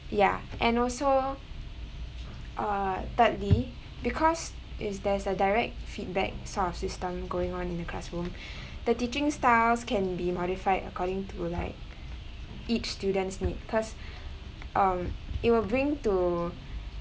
ya and also uh thirdly because is there's a direct feedback sort of system going on in the classroom the teaching styles can be modified according to like each student's need cause um it will bring to